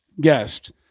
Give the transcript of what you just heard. guest